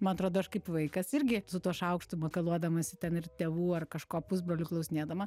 man atrodo aš kaip vaikas irgi su tuo šaukštu makaluodamasi ten ir tėvų ar kažko pusbrolių klausinėdama